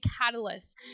catalyst